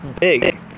big